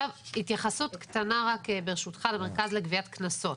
התייחסות קטנה, ברשותך, למרכז לגביית קנסות.